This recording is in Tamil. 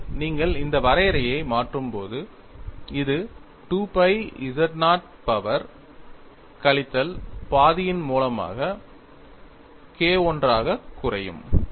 எனவே நீங்கள் இந்த வரையறையை மாற்றும்போது இது 2 pi z0 பவர் கழித்தல் பாதியின் மூலமாக K1 ஆகக் குறையும்